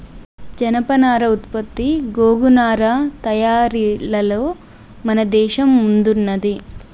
జనపనార ఉత్పత్తి గోగు నారా తయారీలలో మన దేశం ముందున్నది